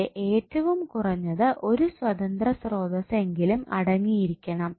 ഇവിടെ ഏറ്റവും കുറഞ്ഞത് ഒരു സ്വതന്ത്ര സ്രോതസ് എങ്കിലും അടങ്ങിയിരിക്കണം